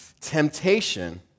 Temptation